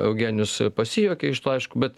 eugenijus pasijuokė iš to aišku bet